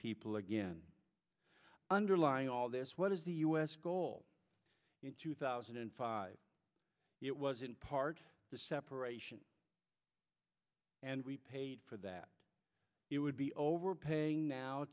people again underlying all this what is the us goal in two thousand and five it was in part the separation and we paid for that it would be overpaying now